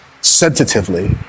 sensitively